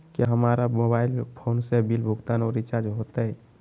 क्या हमारा mobile phone से बिल भुगतान और रिचार्ज होते?